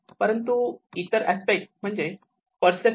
परंतु इतर अस्पेक्ट म्हणजे पर्सेप्शन